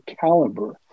caliber